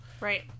Right